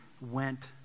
went